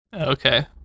Okay